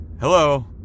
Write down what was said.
Hello